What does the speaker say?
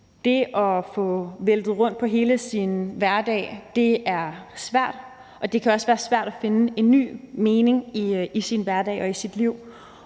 Det at få væltet rundt på hele sin hverdag er svært, og det kan også være svært at finde en ny mening i sin hverdag og i sit liv,